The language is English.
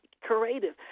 creative